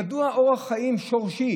מדוע אורח חיים שורשי